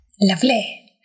Lovely